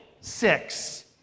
six